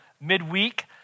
midweek